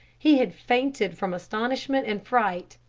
he had fainted from astonishment and fright.